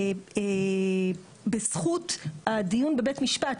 ובזכות הדיון בבית משפט,